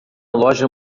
loja